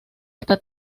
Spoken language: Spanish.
esta